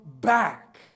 back